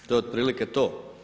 To je otprilike to.